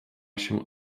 się